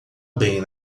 bem